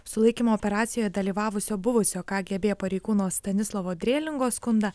sulaikymo operacijoj dalyvavusio buvusio ką gė bė pareigūno stanislovo drėlingos skundą